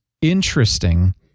interesting